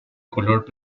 color